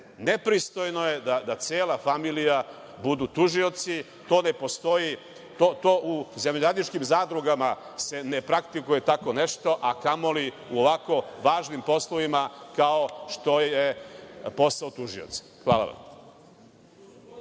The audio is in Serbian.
nepristojno. Nepristojno je da cela familija budu tužiocu. U zemljoradničkim zadruga se ne praktikuje tako nešto, a kamoli u ovako važnim poslovima, kao što je posao tužioca. Hvala vam.